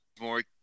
more